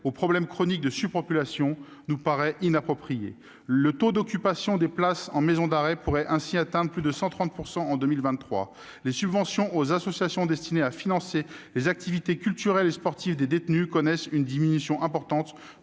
aux problèmes chroniques de surpopulation, nous paraît inappropriée. Le taux d'occupation des places en maison d'arrêt pourrait ainsi atteindre plus de 130 % en 2023. Les subventions aux associations, destinées à financer les activités culturelles et sportives des détenus, connaissent une diminution importante,